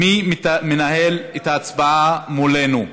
מי מנהל את ההצבעה מולנו.